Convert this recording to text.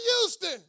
Houston